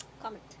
comment